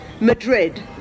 Madrid